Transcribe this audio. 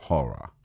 Horror